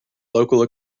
local